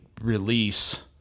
release